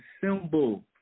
symbol